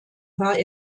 war